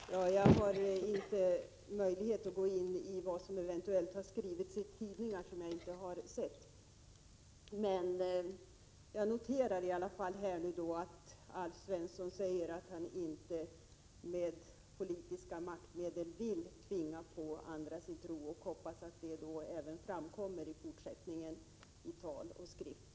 Fru talman! Jag har inte möjlighet att gå in på vad som eventuellt har skrivits i tidningar som jag inte har sett. Jag noterar i alla fall att Alf Svensson säger att han inte med politiska maktmedel vill tvinga på andra sin tro. Jag hoppas att detta framkommer även i fortsättningen i tal och skrift.